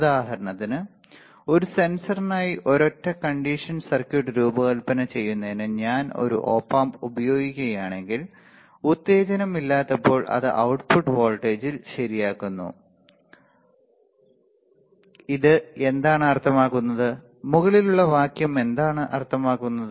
ഉദാഹരണത്തിന് ഒരു സെൻസറിനായി ഒരൊറ്റ കണ്ടീഷൻ സർക്യൂട്ട് രൂപകൽപ്പന ചെയ്യുന്നതിന് ഞാൻ ഒരു ഓപ് ആമ്പ് ഉപയോഗിക്കുകയാണെങ്കിൽ ഉത്തേജനം ഇല്ലാത്തപ്പോൾ അത് output വോൾട്ടേജിൽ ശരിയാക്കുന്നു ഇത് എന്താണ് അർത്ഥമാക്കുന്നത് മുകളിലുള്ള വാക്യം എന്താണ് അർത്ഥമാക്കുന്നത്